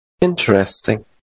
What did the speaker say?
Interesting